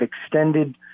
extended